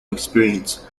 experience